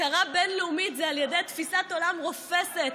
הכרה בין-לאומית זה על ידי תפיסת עולם רופסת.